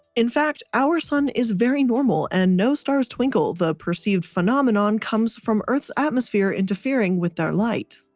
in fact, our sun is very normal and no stars twinkle, the perceived phenomenon comes from earth's atmosphere interfering with their light.